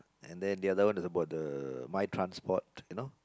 and then the other one is about the my transport you know